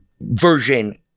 version